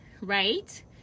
right